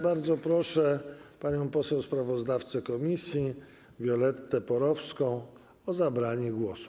Bardzo proszę panią poseł sprawozdawcę komisji Violettę Porowską o zabranie głosu.